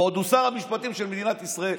והוא עוד שר המשפטים של מדינת ישראל,